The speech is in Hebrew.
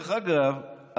דרך אגב,